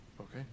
okay